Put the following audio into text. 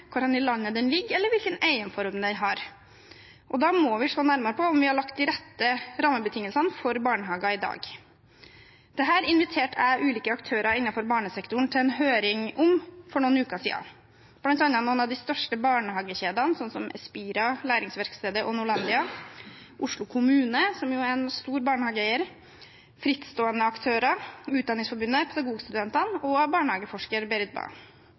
i landet den ligger, og hvilken eierform den har. Da må vi se nærmere på om vi har lagt de rette rammebetingelsene for barnehager i dag. Dette inviterte jeg ulike aktører innenfor barnehagesektoren til en høring om for noen uker siden, bl.a. noen av de største barnehagekjedene, som Espira, Læringsverkstedet og Norlandia, Oslo kommune – som jo er en stor barnehageeier – frittstående aktører, Utdanningsforbundet, Pedagogstudentene og barnehageforsker